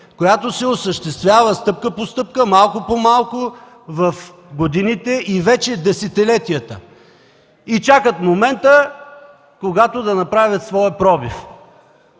която се осъществява стъпка по стъпка, малко по малко в годините и вече десетилетия. И чакат момента, когато да направят своя пробив.